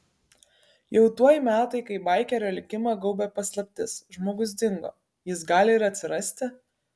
jau tuoj metai kai baikerio likimą gaubia paslaptis žmogus dingo jis gali ir atsirasti